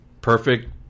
perfect